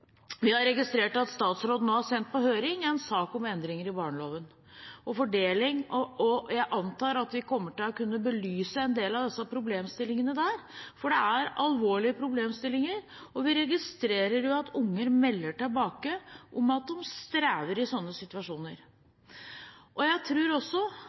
Vi har registrert at statsråden nå har sendt på høring en sak om endringer i barneloven, og jeg antar at vi kommer til å kunne belyse en del av disse problemstillingene der, for det er alvorlige problemstillinger. Vi registrerer at unger melder tilbake at de strever i sånne situasjoner. Jeg tror også